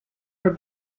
for